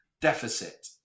deficit